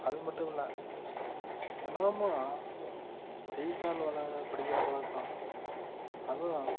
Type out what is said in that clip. அது மட்டும் இல்லை தினமும் செய்தித்தாள் படிக்கிற பழக்கம் அதுவும்